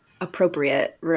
appropriate